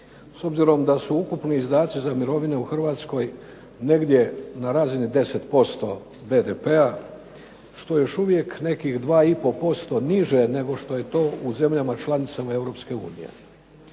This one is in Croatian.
s obzirom da su ukupni izdaci za mirovine u Hrvatskoj na razini negdje 10% BDP-a što još uvijek nekih 2,5% niže nego je to u zemljama članicama